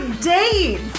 date